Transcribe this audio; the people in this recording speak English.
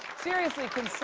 seriously, can